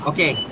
Okay